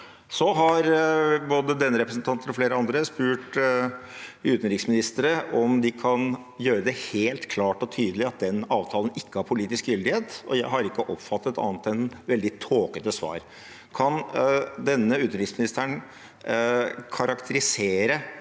Så har både denne representanten og flere andre spurt utenriksministre om de kan gjøre det helt klart og tydelig at den avtalen ikke har politisk gyldighet, og jeg har ikke oppfattet annet enn veldig tåkete svar. Kan denne utenriksministeren karakterisere